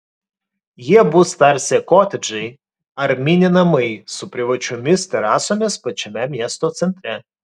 jie bus tarsi kotedžai ar mini namai su privačiomis terasomis pačiame miesto centre